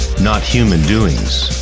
not human doings.